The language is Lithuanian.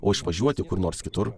o išvažiuoti kur nors kitur